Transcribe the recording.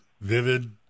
Vivid